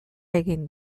egin